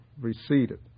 receded